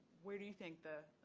where do you think the